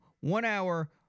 one-hour